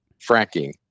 fracking